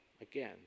again